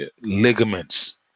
ligaments